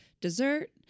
dessert